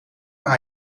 maar